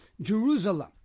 Jerusalem